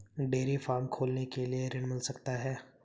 Dairy farm खोलने के लिए ऋण मिल सकता है?